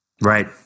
Right